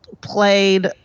played